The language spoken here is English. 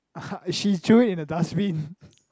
she throw it into dustbin